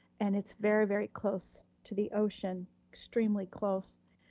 and it's very, very close to the ocean, extremely close.